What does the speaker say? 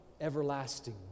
everlasting